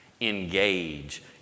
Engage